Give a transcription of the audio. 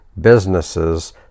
businesses